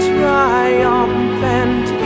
Triumphant